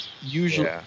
usually